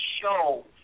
show